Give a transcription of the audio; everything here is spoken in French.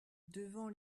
devant